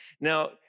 Now